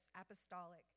apostolic